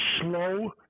slow